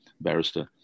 barrister